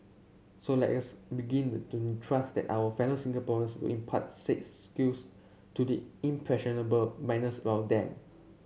so let us begin to trust that our fellow Singaporeans will impart said skills to the impressionable minors around them